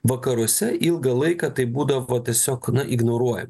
vakaruose ilgą laiką tai būdavo tiesiog ignoruoja